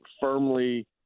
firmly